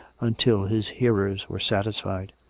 until his hearers were satisfied.